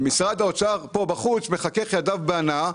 משרד האוצר פה בחוץ מחכך את ידיו בהנאה.